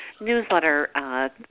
newsletter